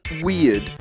weird